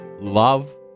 love